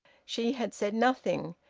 she had said nothing,